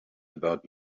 about